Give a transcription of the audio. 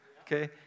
okay